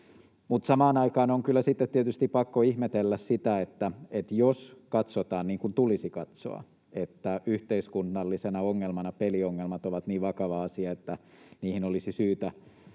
Samaan aikaan on kyllä sitten tietysti pakko ihmetellä sitä, että jos katsotaan — niin kuin tulisi katsoa — että yhteiskunnallisena ongelmana peliongelmat ovat niin vakava asia, että niihin olisi syytä